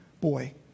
boy